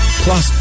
plus